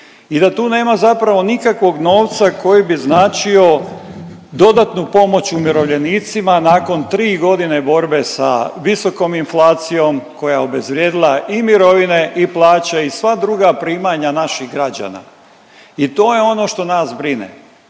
i da tu nema zapravo nikakvog novca koji bi značio dodatnu pomoć umirovljenicima nakon tri godine borbe sa visokom inflacijom koja je obezvrijedila i mirovine i plaće i sva druga primanja naših građana. I to je ono što nas brine.